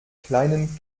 kleinen